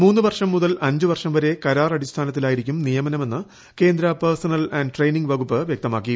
മൂന്ന് വർഷം മുതൽ അഞ്ച് വർഷം വരെ കരാർ അടിസ്ഥാനത്തിലായിരിക്കും നിയമനമെന്ന് കേന്ദ്ര പേഴ്സണൽ ആന്റ് ട്രയിനിംഗ് വകുപ്പ് വ്യക്തമാക്കി